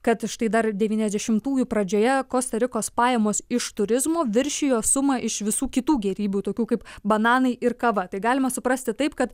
kad štai dar devyniasdešimųjų pradžioje kosta rikos pajamos iš turizmo viršijo sumą iš visų kitų gėrybių tokių kaip bananai ir kava tai galima suprasti taip kad